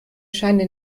scheine